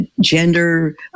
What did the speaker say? gender